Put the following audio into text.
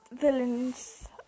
villains